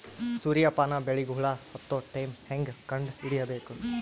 ಸೂರ್ಯ ಪಾನ ಬೆಳಿಗ ಹುಳ ಹತ್ತೊ ಟೈಮ ಹೇಂಗ ಕಂಡ ಹಿಡಿಯಬೇಕು?